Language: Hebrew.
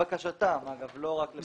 לבקשתם ולא רק לבקשתנו.